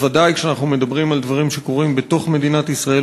בוודאי כשאנחנו מדברים על דברים שקורים בתוך מדינת ישראל,